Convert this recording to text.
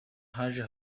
haje